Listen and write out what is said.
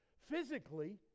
Physically